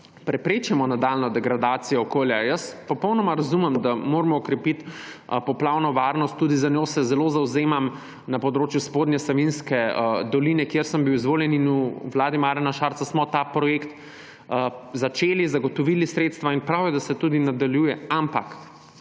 preprečimo nadaljnjo degradacijo okolja. Popolnoma razumem, da moramo okrepiti poplavno varnost, tudi za njo se zelo zavzemam na področju Spodnje Savinjske doline, kjer sem bil izvoljen, in v vladi Marjana Šarca smo ta projekt začeli, zagotovili smo sredstva in prav je, da se tudi nadaljuje. Ampak